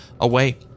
away